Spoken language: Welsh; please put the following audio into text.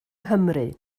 nghymru